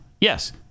Yes